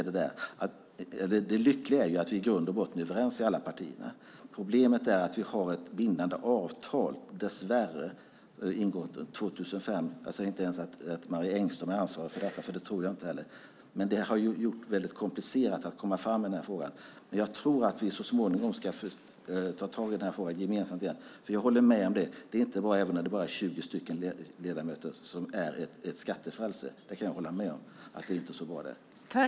Det lyckliga är att vi i grund och botten är överens i alla partierna, Problemet är dess värre att vi har ett bindande avtal som ingicks 2005. Jag säger inte ens att Marie Engström är ansvarig för detta, för det tror jag inte heller. Men det har gjort det väldigt komplicerat att komma fram i den här frågan. Men jag tror att vi så småningom gemensamt ska ta tag i den här frågan igen. Även om det bara är 20 ledamöter som är ett skattefrälse kan jag hålla med om att det inte är så bra.